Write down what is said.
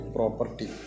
Property